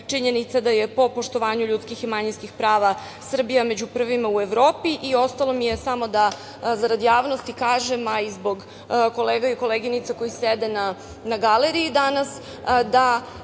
da je po poštovanju ljudskih i manjinskih prava Srbija među prvima u Evropi. Ostalo mi je samo da zarad javnosti kažem, a i zbog kolega i koleginica koji sede na galeriji danas da